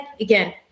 again